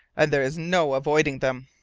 and there's no avoiding them.